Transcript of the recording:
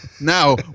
now